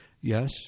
Yes